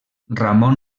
ramon